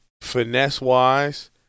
finesse-wise